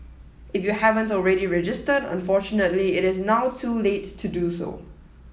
if you haven't already registered unfortunately it is now too late to do so